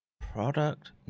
product